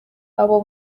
abo